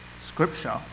scripture